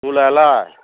मुलायालाय